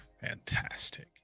fantastic